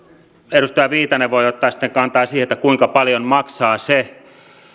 edustaja viitanen voi ottaa sitten kantaa siihen kuinka paljon maksaa se